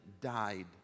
died